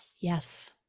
yes